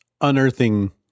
unearthing